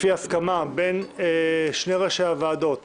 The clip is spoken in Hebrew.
לפי הסכמה בין שני ראשי הוועדות